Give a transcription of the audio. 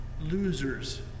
losers